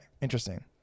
Interesting